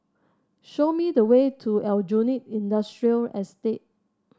show me the way to Aljunied Industrial Estate